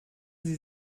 sie